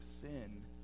sin